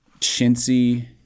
chintzy